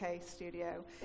studio